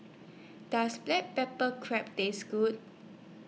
Does Black Pepper Crab Taste Good